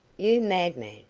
you madman!